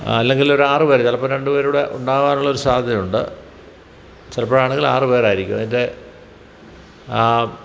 അല്ലെങ്കിൽ ഒരു ആറ് പേർ ചിലപ്പോൾ രണ്ട് പേരും കൂടെ ഉണ്ടാകാനുള്ളൊരു സാധ്യതയുണ്ട് ചിലപ്പോഴാണെങ്കിൽ ആറ് പേരായിരിക്കും അതിൻ്റെ ആ